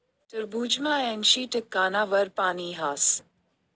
टरबूजमा ऐंशी टक्काना वर पानी हास